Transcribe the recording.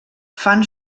fan